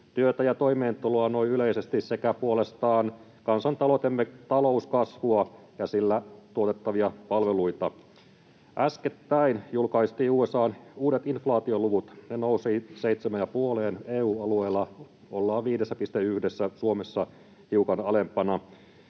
työtä ja toimeentuloa noin yleisesti sekä puolestaan kansantaloutemme talouskasvua ja sillä tuotettavia palveluita. Äskettäin julkaistiin USA:n uudet inflaatioluvut, ne nousivat seitsemään ja puoleen. EU-alueella ollaan 5,1:ssä, Suomessa hiukan alempana.